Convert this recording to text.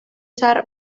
zahar